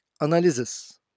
Analysis